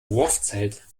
wurfzelt